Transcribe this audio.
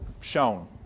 shown